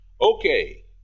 Okay